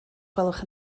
gwelwch